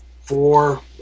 four